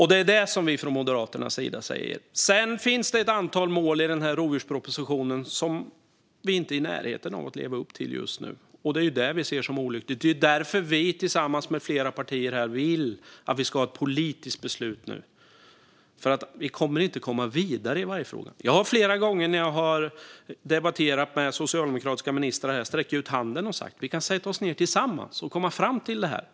Det är detta som vi från Moderaternas sida säger. Sedan finns det ett antal mål i rovdjurspropositionen som vi inte är i närheten av att leva upp till just nu, och det ser vi som olyckligt. Det är därför vi tillsammans med flera partier vill att vi ska ha ett politiskt beslut nu, för vi kommer inte vidare i vargfrågan. Flera gånger när jag har debatterat med socialdemokratiska ministrar har jag sträckt ut handen och sagt att vi kan sätta oss ned tillsammans och komma fram till hur det ska vara.